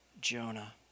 Jonah